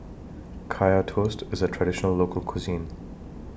Kaya Toast IS A Traditional Local Cuisine